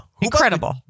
incredible